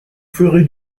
ferez